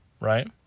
right